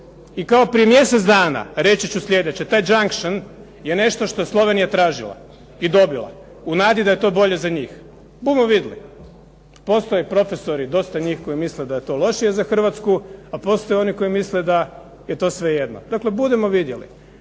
I kao prije mjesec dana, reći ću sljedeće. Taj "junkcion" je nešto što je Slovenija tražila i dobila u nadi da je to bolje za njih. Bumo vidli. Postoje profesori dosta njih koji misle da je to dosta lošije za Hrvatsku, a postoje oni koji misle da je to svejedno. Dakle, budemo vidjeli.